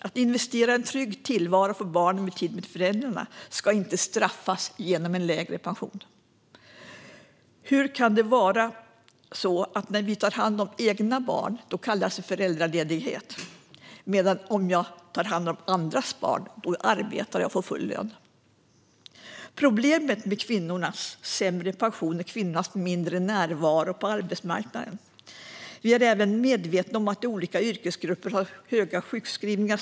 Att investera i en trygg tillvaro för barnen med tid med föräldrarna ska inte straffas genom lägre pension. Hur kan det vara så att när jag tar hand om mina egna barn kallas det föräldraledighet medan det när jag tar hand om andras barn är arbete med full lön? Problemet med kvinnornas sämre pension är kvinnornas mindre närvaro på arbetsmarknaden. Vi är även medvetna om att det inom olika yrkesgrupper finns höga sjukskrivningstal.